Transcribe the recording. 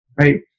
Right